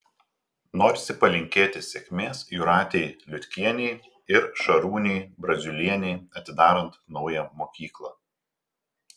norisi palinkėti sėkmės jūratei liutkienei ir šarūnei braziulienei atidarant naują mokyklą